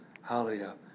Hallelujah